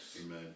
Amen